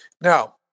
Now